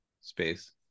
space